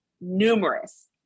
numerous